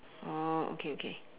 oh okay okay